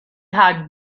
had